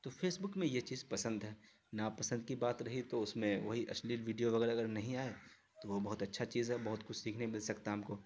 تو فیسبک میں یہ چیز پسند ہے ناپسند کی بات رہی تو اس میں وہی اشلیل ویڈیو وغیرہ اگر نہیں آئے تو وہ بہت اچھا چیز ہے بہت کچھ سیکھنے کو مل سکتا ہے ہم کو